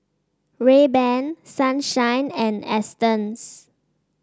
Rayban Sunshine and Astons